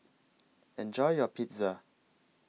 Enjoy your Pizza